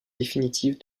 définitive